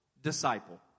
disciple